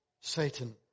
Satan